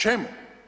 Čemu?